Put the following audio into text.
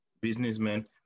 businessmen